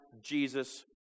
Jesus